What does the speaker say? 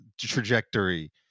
trajectory